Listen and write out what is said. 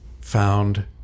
found